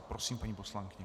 Prosím, paní poslankyně.